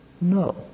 no